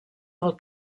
del